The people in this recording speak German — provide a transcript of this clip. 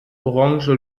orange